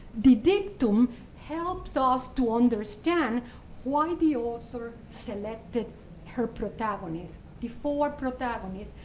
the victim helps us to understand why the author sort of selected her protagonist, the four protagonists,